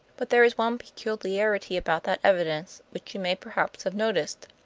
but there is one peculiarity about that evidence, which you may perhaps have noticed.